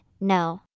no